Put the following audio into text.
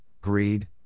greed